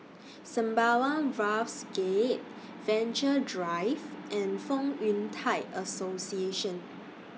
Sembawang Wharves Gate Venture Drive and Fong Yun Thai Association